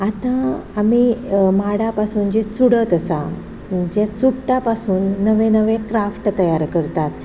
आतां आमी माडा पासून जी चुडत आसा जे चुट्टां पासून नवे नवे क्राफ्ट तयार करतात